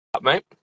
mate